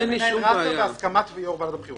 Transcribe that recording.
מנהל רת"א, בהסכמת יו"ר ועדת הבחירות.